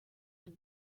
had